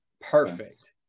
Perfect